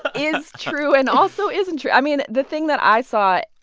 is true and also isn't true. i mean, the thing that i saw,